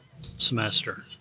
semester